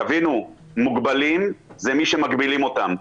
מוגבלים זה מי שמגבילים אותם.